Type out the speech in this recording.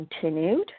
continued